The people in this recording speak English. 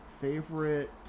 favorite